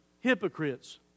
hypocrites